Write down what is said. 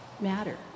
matter